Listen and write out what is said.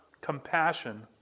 compassion